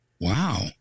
Wow